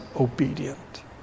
obedient